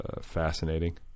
fascinating